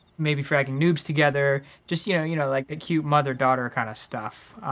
maybe fragging newbs together. just you know you know, like cute mother-daughter kind of stuff,